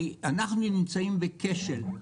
כי אנחנו נמצאים בכשל.